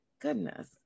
Goodness